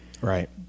right